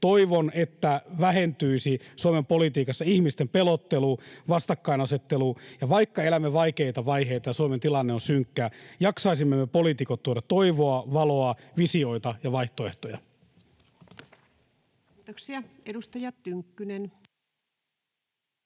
toivon, että Suomen politiikassa vähentyisi ihmisten pelottelu, vastakkainasettelu, ja vaikka elämme vaikeita vaiheita ja Suomen tilanne on synkkä, jaksaisimme me poliitikot tuoda toivoa, valoa, visioita ja vaihtoehtoja. [Speech 405] Speaker: